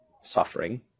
suffering